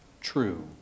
true